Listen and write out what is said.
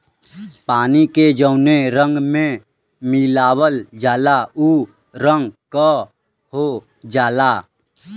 पानी के जौने रंग में मिलावल जाला उ रंग क हो जाला